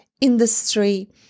industry